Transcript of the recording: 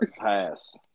Pass